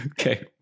okay